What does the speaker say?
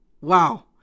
Wow